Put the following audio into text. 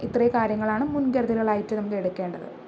ഇത്രയും കാര്യങ്ങളാണ് മുൻകരുതലുകളായിട്ട് നമുക്ക് എടുക്കേണ്ടത്